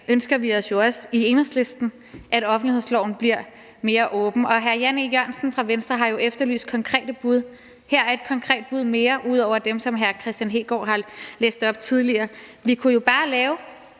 ønsker vi os også i Enhedslisten, at offentlighedsloven bliver mere åben, og hr. Jan E. Jørgensen fra Venstre har jo efterlyst konkrete bud, og her er der et konkret bud mere ud over dem, som hr. Kristian Hegaard har læst op tidligere: Vi kunne jo bare lave